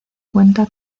cuenta